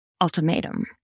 ultimatum